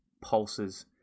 pulses